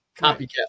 Copycat